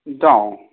ꯏꯇꯥꯎ